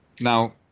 Now